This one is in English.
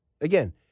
Again